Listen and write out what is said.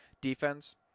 defense